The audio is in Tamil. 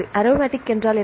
அரோமாட்டிக் என்றால் என்ன